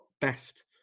best